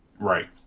right